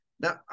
Now